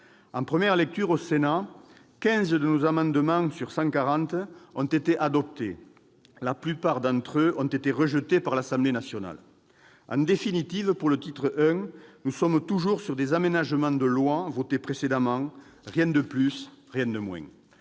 En première lecture au Sénat, 15 de nos amendements, sur 140, avaient été adoptés. La plupart d'entre eux ont été rejetés par l'Assemblée nationale. En définitive, pour le titre I, nous en restons à des aménagements de lois votées précédemment : rien de plus, rien de moins